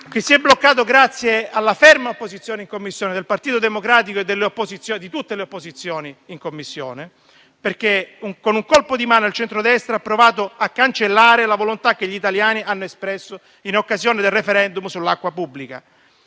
che si è bloccato grazie alla ferma opposizione in Commissione del Partito Democratico e di tutte le opposizioni, perché con un colpo di mano il centrodestra ha provato a cancellare la volontà che gli italiani hanno espresso in occasione del *referendum* sull'acqua pubblica.